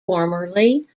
formerly